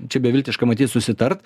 čia beviltiška matyt susitart